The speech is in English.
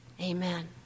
Amen